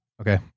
Okay